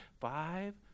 five